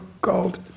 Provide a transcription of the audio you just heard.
called